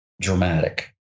dramatic